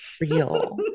Real